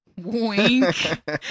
Wink